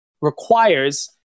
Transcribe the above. requires